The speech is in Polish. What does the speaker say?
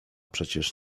przecież